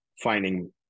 finding